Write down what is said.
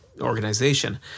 organization